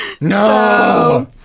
No